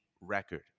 record